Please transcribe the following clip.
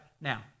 Now